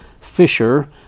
Fisher